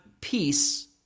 peace